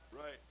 right